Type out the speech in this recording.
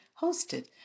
hosted